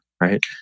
right